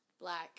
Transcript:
black